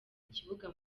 ikibuga